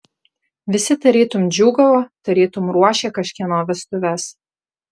visi tarytum džiūgavo tarytum ruošė kažkieno vestuves